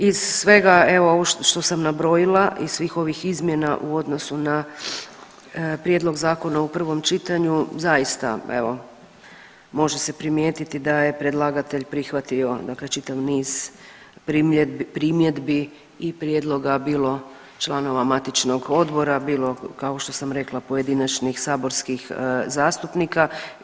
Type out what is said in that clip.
Iz svega evo ovo što sam nabrojila, iz svih ovih izmjena u odnosu na prijedlog zakona u prvom čitanju zaista evo može se primijetiti da je predlagatelj prihvatio dakle čitav niz primjedbi i prijedloga bilo članova matičnog odbora, bilo kao što sam rekla pojedinačnih saborskih zastupnika.